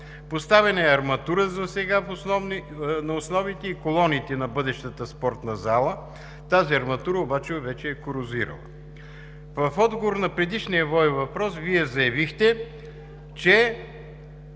поставена арматура на основите и колоните на бъдещата спортна зала. Тази арматура обаче вече е корозирала. В отговор на предишния мой въпрос Вие заявихте, че